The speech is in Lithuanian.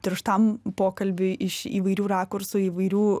tirštam pokalbiui iš įvairių rakursų įvairių